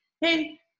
hey